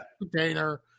container